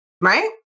Right